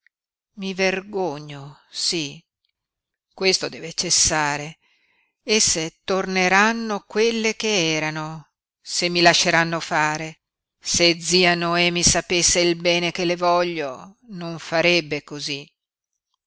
i vergogno sí questo deve cessare esse torneranno quelle che erano se mi lasceranno fare se zia noemi sapesse il bene che le voglio non farebbe cosí